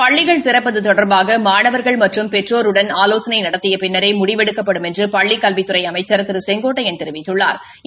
பள்ளிகள் திறப்பது தொடர்பாக மாணவர்கள் மற்றும் பெற்றோர்களுடன் ஆவோசனை நடத்திய பின்னரே முடிவெடுக்கப்படும் என்று பள்ளிக் கல்வித்துறை அமைச்சா் திரு செங்கோட்டையன் தெரிவித்துள்ளாா்